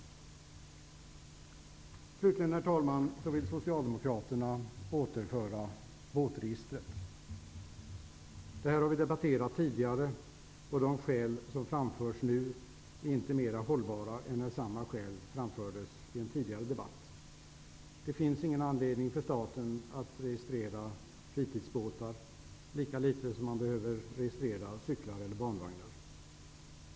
Slutligen, herr talman, vill Socialdemokraterna återinföra båtregistret. Det har vi debatterat tidigare, och de skäl som framförs nu är inte mera hållbara än när samma skäl framfördes i en tidigare debatt. Det finns ingen anledning för staten att registrera fritidsbåtar, lika litet som man behöver registrera cyklar eller barnvagnar.